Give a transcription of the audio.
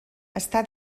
està